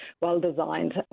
well-designed